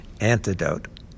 antidote